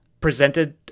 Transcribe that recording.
presented